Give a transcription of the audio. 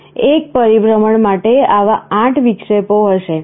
એક પરિભ્રમણ માટે આવા 8 વિક્ષેપો હશે